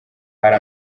hari